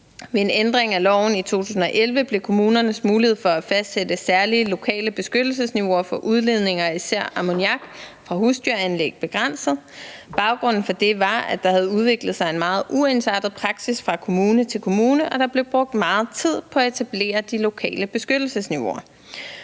Ved en ændring af loven i 2011 blev kommunernes mulighed for at fastsætte særlige lokale beskyttelsesniveauer for udledning af især ammoniak fra husdyranlæg begrænset. Baggrunden for det var, at der havde udviklet sig en meget uensartet praksis fra kommune til kommune og der blev brugt meget tid på at etablere de lokale beskyttelsesniveauer.